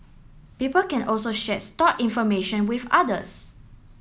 people can also share stored information with others